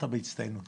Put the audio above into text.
שגמרת בהצטיינות